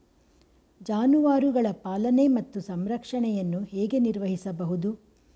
ಜಾನುವಾರುಗಳ ಪಾಲನೆ ಮತ್ತು ಸಂರಕ್ಷಣೆಯನ್ನು ಹೇಗೆ ನಿರ್ವಹಿಸಬಹುದು?